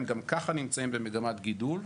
הם גם ככה נמצאים במגמת גידול,